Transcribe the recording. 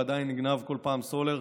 ועדיין נגנב בכל פעם סולר,